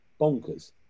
bonkers